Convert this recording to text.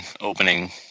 opening